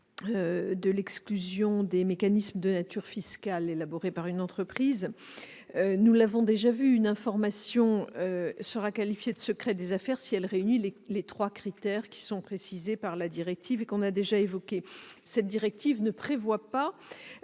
à l'exclusion des mécanismes de nature fiscale élaborés par une entreprise, nous avons déjà vu qu'une information sera qualifiée de secret des affaires si elle réunit les trois critères qui sont précisés par la directive et que nous avons déjà évoqués. Cette directive ne prévoit pas